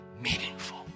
meaningful